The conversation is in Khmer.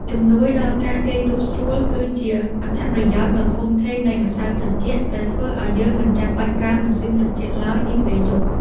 ជំនួយដល់ការគេងលក់ស្រួលគឺជាអត្ថប្រយោជន៍ដ៏ធំធេងនៃម្សៅត្រជាក់ដែលធ្វើឱ្យយើងមិនចាំបាច់ប្រើម៉ាស៊ីនត្រជាក់ឡើយនាពេលយប់។